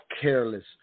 careless